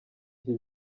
iki